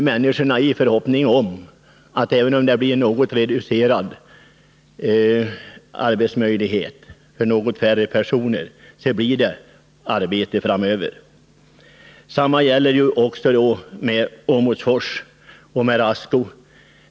Människorna där hoppas nu att även om något färre personer än tidigare kan beredas sysselsättning, så blir det arbete framöver. Detsamma gäller Åmotfors och Rasco.